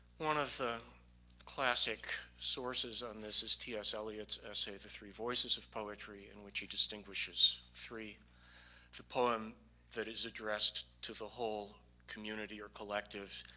one of the classic sources on this is t s. elliot's essay of the three voices of poetry in which he distinguishes three the poem that is addressed to the whole community or collective,